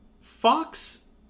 Fox